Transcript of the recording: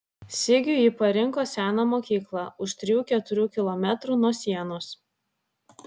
sigiui ji parinko seną mokyklą už trijų keturių kilometrų nuo sienos